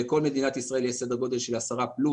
בכל מדינת ישראל יש סדר גודל של 10+